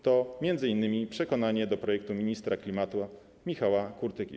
To m.in. przekonanie do projektu ministra klimatu Michała Kurtyki.